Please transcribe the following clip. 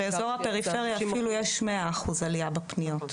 באזור הפריפריה אפילו יש 100 אחוז עלייה בפניות.